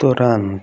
ਤੁਰੰਤ